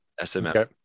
smm